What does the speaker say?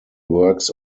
works